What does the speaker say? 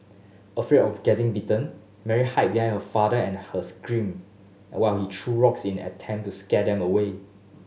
afraid of getting bitten Mary hid behind her father and her screamed while he threw rocks in an attempt to scare them away